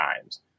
times